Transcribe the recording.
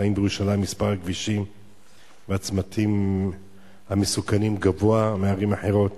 האם בירושלים מספר הכבישים והצמתים המסוכנים גבוה מבערים אחרות?